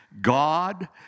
God